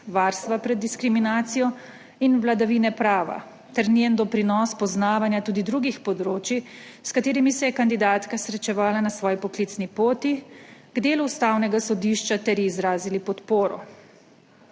varstva pred diskriminacijo in vladavine prava, ter njen doprinos [zaradi] poznavanja tudi drugih področij, s katerimi se je kandidatka srečevala na svoji poklicni poti, k delu Ustavnega sodišča ter izrazili podporo.